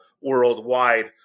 worldwide